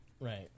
Right